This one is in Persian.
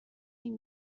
این